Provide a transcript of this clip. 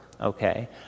Okay